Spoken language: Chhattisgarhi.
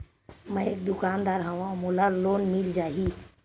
मै एक दुकानदार हवय मोला लोन मिल जाही?